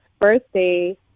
birthday